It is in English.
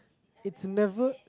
it's never